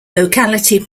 locality